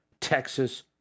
Texas